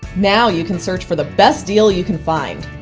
now you can search for the best deal you can find.